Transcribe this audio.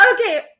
Okay